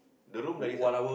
the room like this ah